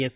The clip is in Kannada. ಎಸ್